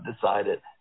decided